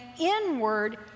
inward